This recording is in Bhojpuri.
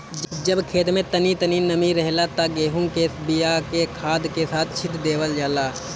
जब खेत में तनी तनी नमी रहेला त गेहू के बिया के खाद के साथ छिट देवल जाला